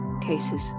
Cases